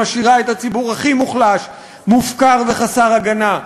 שמשאירה את הציבור הכי מוחלש מופקר וחסר הגנה.